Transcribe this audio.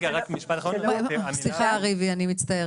אני מסכימה איתך.